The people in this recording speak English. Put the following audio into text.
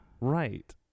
Right